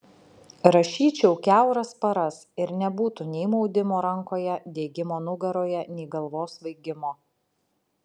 rašyčiau kiauras paras ir nebūtų nei maudimo rankoje diegimo nugaroje nei galvos svaigimo